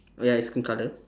oh ya it's green colour